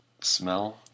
Smell